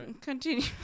continue